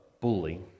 bully